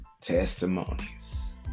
testimonies